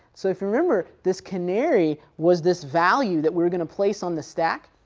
so if you remember, this canary was this value that we were going to place on the stack,